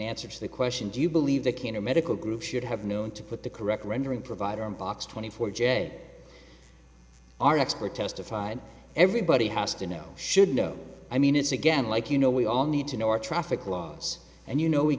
answer to the question do you believe they can or medical group should have known to put the correct rendering provider in box twenty four j our expert testified everybody has to know should know i mean it's again like you know we all need to know our traffic laws and you know we